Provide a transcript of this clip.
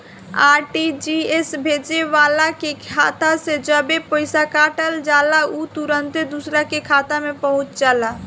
RTGS भेजे वाला के खाता से जबे पईसा कट जाला उ तुरंते दुसरा का खाता में पहुंच जाला